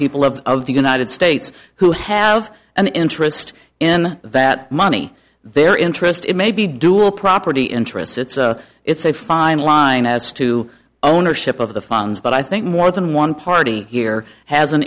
people of of the united states who have an interest in that money their interest it may be dual property interests it's a it's a fine line as to ownership of the funds but i think more than one party here has an